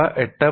ഇവ 8